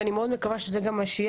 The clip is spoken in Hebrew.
ואני מאוד מקווה שזה גם מה שיהיה.